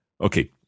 Okay